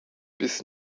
bis